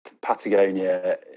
patagonia